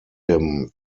him